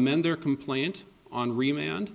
amend their complaint on re mand